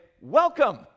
welcome